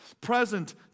present